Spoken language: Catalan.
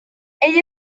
ell